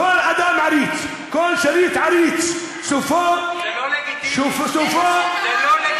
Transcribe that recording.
כל אדם עריץ, כל שליט עריץ, סופו, זה לא לגיטימי.